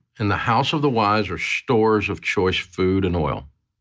in the house of the wise are stores of choice food and oil,